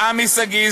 עמי סגיס,